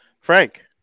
frank